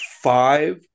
five